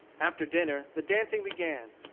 after dinner the dancing began.